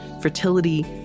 fertility